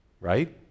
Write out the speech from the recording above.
Right